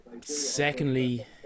secondly